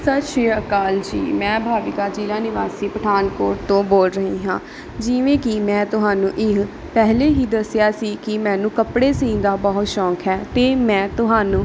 ਸਤਿ ਸ਼੍ਰੀ ਅਕਾਲ ਜੀ ਮੈਂ ਬਾਵਿਕਾ ਜ਼ਿਲ੍ਹਾ ਨਿਵਾਸੀ ਪਠਾਨਕੋਟ ਤੋਂ ਬੋਲ ਰਹੀ ਹਾਂ ਜਿਵੇਂ ਕਿ ਮੈਂ ਤੁਹਾਨੂੰ ਇਹ ਪਹਿਲਾਂ ਹੀ ਦੱਸਿਆ ਸੀ ਕਿ ਮੈਨੂੰ ਕੱਪੜੇ ਸਿਊਣ ਦਾ ਬਹੁਤ ਸ਼ੌਕ ਹੈ ਅਤੇ ਮੈਂ ਤੁਹਾਨੂੰ